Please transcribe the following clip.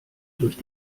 durch